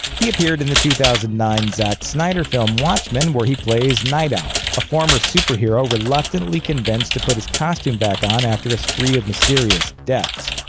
he appeared in the two thousand and nine zack snyder film watchmen where he plays nite owl, a former superhero reluctantly convinced to put his costume back on after a spree of mysterious deaths.